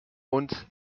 und